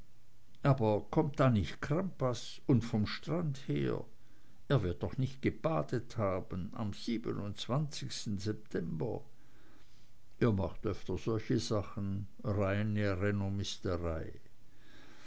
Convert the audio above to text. aber kommt da nicht crampas und vom strand her er wird doch nicht gebadet haben am september er macht öfter solche sachen reine